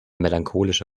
melancholische